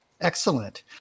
Excellent